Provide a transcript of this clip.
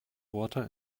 water